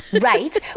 Right